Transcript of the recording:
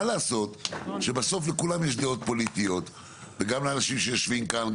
מה לעשות שבסוף לכולם יש דעות פוליטיות וגם לאנשים שיושבים כאן.